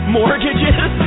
mortgages